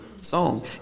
song